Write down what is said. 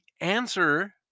answer